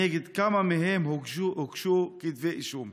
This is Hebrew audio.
3. נגד כמה מהם הוגשו כתבי אישום?